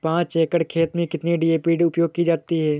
पाँच एकड़ खेत में कितनी डी.ए.पी उपयोग की जाती है?